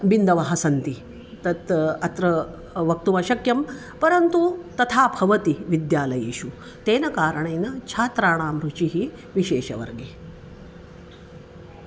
बिन्दवः सन्ति तत् अत्र वक्तुम् अशक्यं परन्तु तथा भवति विद्यालयेषु तेन कारणेन छात्राणां रुचिः विशेषवर्गे